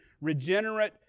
regenerate